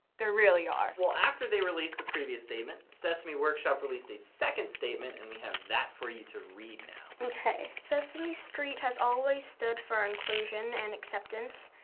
there really are. well, after they released the previous statement, sesame workshop released a second statement and we have that for you to read now. okay. sesame street has always stood for inclusion and acceptance.